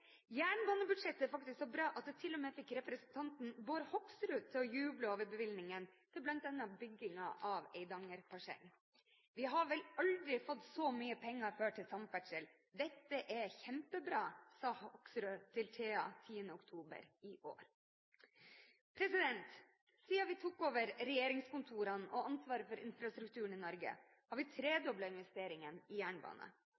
jernbanebudsjettet er faktisk så bra at det til og med fikk representanten Bård Hoksrud til å juble over bevilgningen til bl.a. byggingen av Eidangerparsellen. «Vi har vel aldri fått så mye penger før til samferdsel. Dette er kjempebra», sa Hoksrud til TA 10. oktober i år. Siden vi tok over regjeringskontorene og ansvaret for infrastrukturen i Norge, har vi